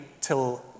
till